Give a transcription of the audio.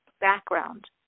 background